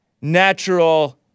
natural